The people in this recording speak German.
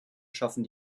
schaffen